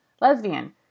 lesbian